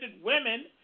women